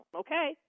okay